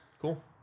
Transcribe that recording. cool